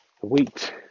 wheat